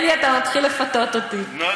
אתה מתחיל לפתות אותי, אלי.